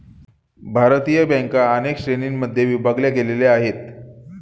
भारतीय बँका अनेक श्रेणींमध्ये विभागल्या गेलेल्या आहेत